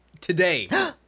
Today